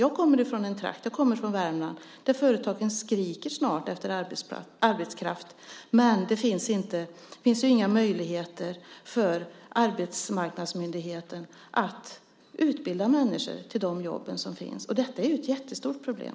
Jag kommer från Värmland där företagen snart skriker efter arbetskraft, men det finns inga möjligheter för arbetsmarknadsmyndigheten att utbilda människor till de jobb som finns. Detta är ett jättestort problem.